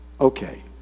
Okay